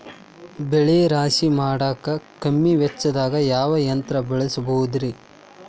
ಬೆಳೆ ರಾಶಿ ಮಾಡಾಕ ಕಮ್ಮಿ ವೆಚ್ಚದಾಗ ಯಾವ ಯಂತ್ರ ಬಳಸಬಹುದುರೇ?